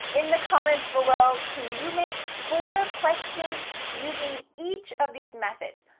in the comments below, can you make four questions using each of these methods,